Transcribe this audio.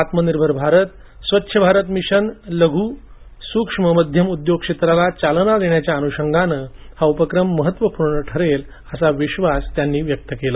आत्मानिर्भर भारत स्वच्छ भारत मिशन आणि सूक्ष्म लघु आणि मध्यम उद्योग क्षेत्राला चालना देण्याच्या अनुषगानं हा उपक्रम महत्त्वपूर्ण ठरेल असा विश्वास त्यांनी व्यक्त केला